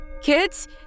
Kids